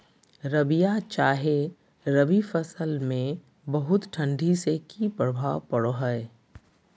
रबिया चाहे रवि फसल में बहुत ठंडी से की प्रभाव पड़ो है?